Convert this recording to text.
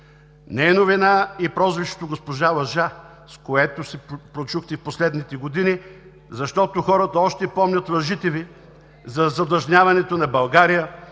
Не е новина и прозвището „госпожа Лъжа“, с което се прочухте последните години, защото хората още помнят лъжите Ви за задлъжняването на България,